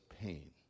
pain